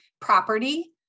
property